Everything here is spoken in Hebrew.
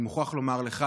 אני מוכרח לומר לך,